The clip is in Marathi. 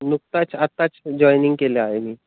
नुकताच आत्ताच जॉइनिंग केले आहे मी